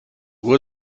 uhr